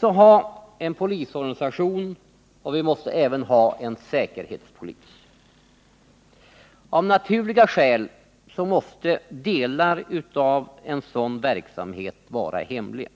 ha en polisorganisation och även en säkerhetspolis. Av naturliga skäl måste delar av en sådan verksamhet vara hemliga.